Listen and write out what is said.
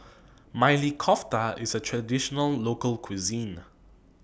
Maili Kofta IS A Traditional Local Cuisine